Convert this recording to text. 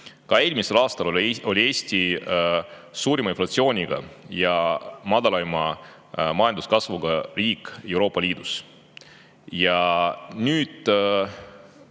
Ka eelmisel aastal oli Eesti suurima inflatsiooniga ja madalaima majanduskasvuga riik Euroopa Liidus. Ja nüüd